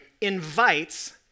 invites